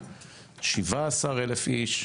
כ-17,000 איש,